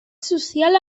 social